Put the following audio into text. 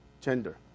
gender